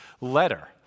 letter